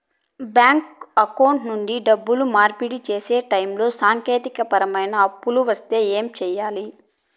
bank account నుండి డబ్బులు మార్పిడి సేసే టైములో సాంకేతికపరమైన తప్పులు వస్తే ఏమి సేయాలి